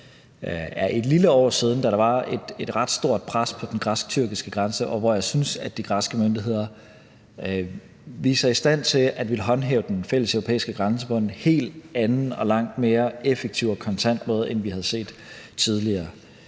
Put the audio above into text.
så for et lille år siden, da der var et ret stort pres på den græsk-tyrkiske grænse, og hvor jeg synes at de græske myndigheder viste sig i stand til at ville håndhæve den fælleseuropæiske grænse på en helt anden og langt mere effektiv og kontant måde, end vi havde set tidligere.